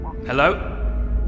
Hello